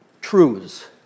truths